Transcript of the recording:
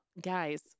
guys